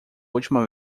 última